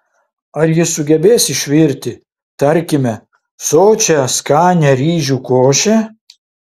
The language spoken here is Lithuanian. ar jis sugebės išvirti tarkime sočią skanią ryžių košę